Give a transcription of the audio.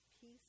peace